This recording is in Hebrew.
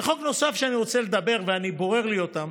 חוק נוסף שאני רוצה לדבר עליו, ואני בורר לי אותם: